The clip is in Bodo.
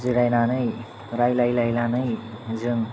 जिरायनानै रायलायलायनानै जों